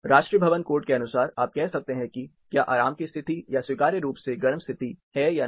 राष्ट्रीय भवन कोड के अनुसार आप कह सकते हैं कि क्या आराम की स्थिति या स्वीकार्य रूप से गर्म स्थिति है या नहीं